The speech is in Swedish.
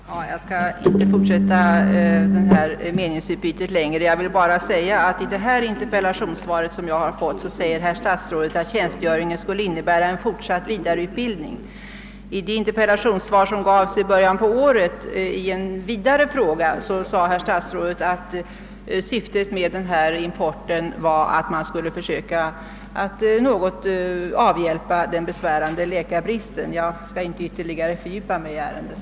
Herr talman! Jag skall inte fortsätia detta meningsutbyte längre; jag vill bara konstatera att statsrådet i det frågesvar jag har fått säger att tjänstgöringen skulle innebära en vidareutbildning. I det interpellationssvar som gavs i början av året i en vidare fråga yttrade herr statsrådet att syftet med denna import var att försöka att något avhjälpa den besvärande läkarbristen. Jag skall inte ytterligare fördjupa mig i ärendet.